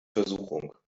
versuchung